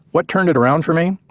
what turned it around for me?